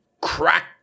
crack